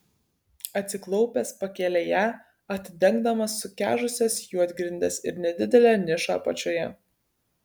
atsiklaupęs pakėlė ją atidengdamas sukežusias juodgrindes ir nedidelę nišą apačioje